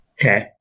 Okay